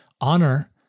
honor